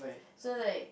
so like